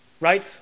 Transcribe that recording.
right